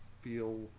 feel